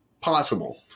possible